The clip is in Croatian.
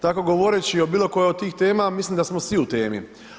Tako govoreći o bilo kojoj od tih tema, mislim da smo svi u temi.